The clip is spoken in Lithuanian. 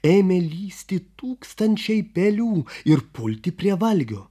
ėmė lįsti tūkstančiai pelių ir pulti prie valgio